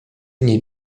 nie